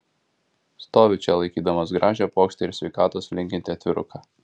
stoviu čia laikydamas gražią puokštę ir sveikatos linkintį atviruką